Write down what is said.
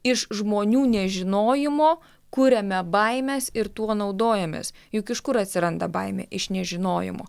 iš žmonių nežinojimo kuriame baimes ir tuo naudojamės juk iš kur atsiranda baimė iš nežinojimo